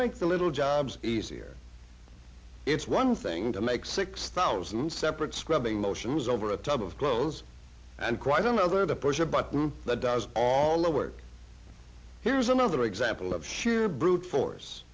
make the little jobs easier it's one thing to make six thousand separate scrubbing motions over a tub of clothes and quite another to push a button that does all the work here's another example of humor brute force